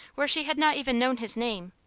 where she had not even known his name,